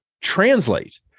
Translate